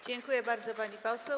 Dziękuję bardzo, pani poseł.